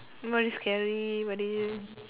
very scary very